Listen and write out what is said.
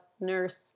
nurse